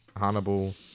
Hannibal